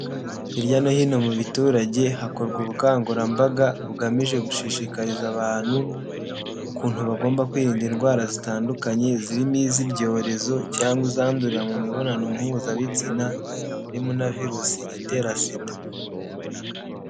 Hirya no hino mu baturage hakorwa ubukangurambaga bugamije gushishikariza abantu ukuntu bagomba kwirinda indwara zitandukanye, zirimo iz'ibyorezo cyangwa izandurira mu mibonano mpuzabitsina harimo na virusi itera sida.